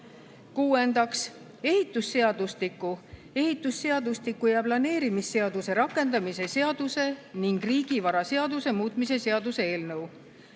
Kuuendaks, ehitusseadustiku, ehitusseadustiku ja planeerimisseaduse rakendamise seaduse ning riigivaraseaduse muutmise seaduse eelnõu.